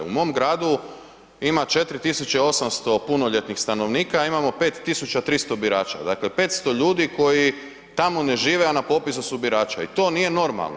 U mom gradu ima 4.800 punoljetnih stanovnika, a imamo 5.300 birača, dakle 500 ljudi koji tamo ne žive, a na popisu su birača i to nije normalno.